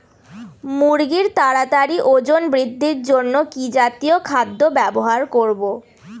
মুরগীর তাড়াতাড়ি ওজন বৃদ্ধির জন্য কি জাতীয় খাদ্য ব্যবহার করব?